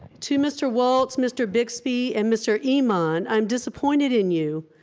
to mr. waltz, mr. bixbie, and mr. emon, i'm disappointed in you.